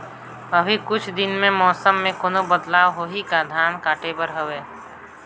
अभी कुछ दिन मे मौसम मे कोनो बदलाव होही का? धान काटे बर हवय?